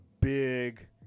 big